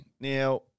Now